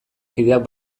kideak